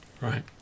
Right